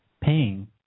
paying